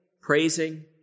praising